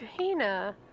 Kahina